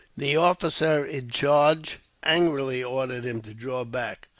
the officer in charge angrily ordered him to draw back.